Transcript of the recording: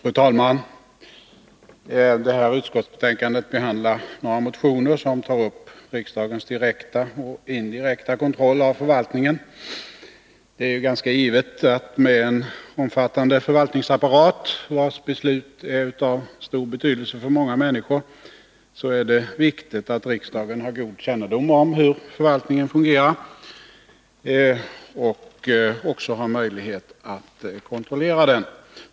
Fru talman! Det här utskottsbetänkandet behandlar några motioner som tar upp riksdagens direkta och indirekta kontroll av förvaltningen. Det är ganska givet att det med en omfattande förvaltningsapparat, vars beslut är av stor betydelse för många människor, är viktigt att riksdagen har en god kännedom om hur förvaltningen fungerar och också har möjlighet att kontrollera den.